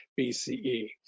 BCE